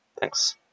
thanks